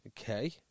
Okay